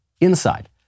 inside